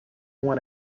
won